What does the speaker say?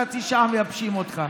חצי שעה מייבשים אותך.